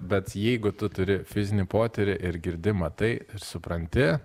bet jeigu tu turi fizinį potyrį ir girdi matai ir supranti